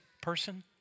person